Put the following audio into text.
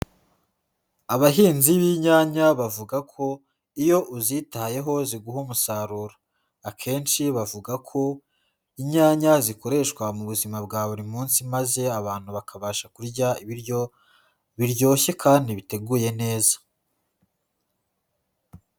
Abahinzi b'inyanya bavuga ko iyo uzitayeho ziguha umusaruro. Akenshi bavuga ko inyanya zikoreshwa mu buzima bwa buri munsi, maze abantu bakabasha kurya ibiryo biryoshye kandi biteguye neza.